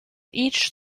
each